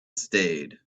stayed